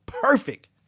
perfect